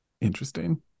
Interesting